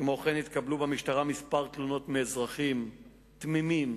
כמו כן התקבלו במשטרה כמה תלונות מאזרחים תמימים